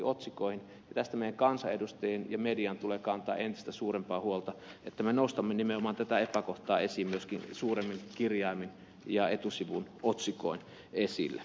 tästä meidän kansanedustajien ja median tulee kantaa entistä suurempaa huolta että me nostamme nimenomaan tätä epäkohtaa esiin myöskin suuremmin kirjaimin ja etusivun otsikoin esille